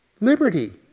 liberty